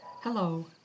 Hello